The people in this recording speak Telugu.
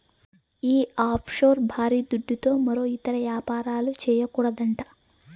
ఈ ఆఫ్షోర్ బారీ దుడ్డుతో మరో ఇతర యాపారాలు, చేయకూడదట